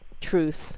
truth